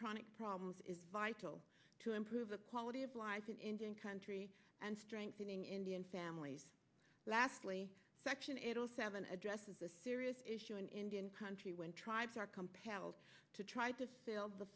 chronic problems is vital to improve the quality of life in indian country and strengthening indian families lastly section eight zero seven addresses a serious issue in indian country when tribes are compelled to try to sail the